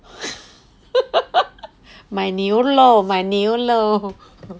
买牛肉买牛肉